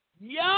yo